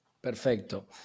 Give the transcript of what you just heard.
Perfecto